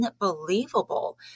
unbelievable